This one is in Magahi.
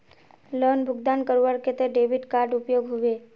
लोन भुगतान करवार केते डेबिट कार्ड उपयोग होबे?